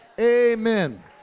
Amen